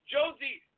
Josie